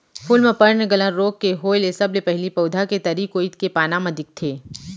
फूल म पर्नगलन रोग के होय ले सबले पहिली पउधा के तरी कोइत के पाना म दिखथे